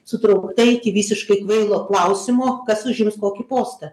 su trum ta iki visiškai kvailo klausimo kas užims kokį postą